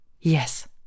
Yes